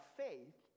faith